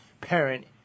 parent